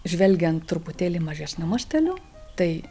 žvelgiant truputėlį mažesniu masteliu tai